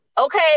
okay